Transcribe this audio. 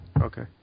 Okay